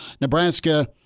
Nebraska